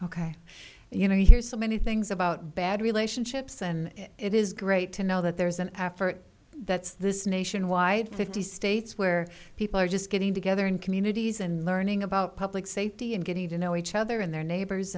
and you know you hear so many things about bad relationships and it is great to know that there's an effort that's this nationwide fifty states where people are just getting together in communities and learning about public safety and getting to know each other in their neighbors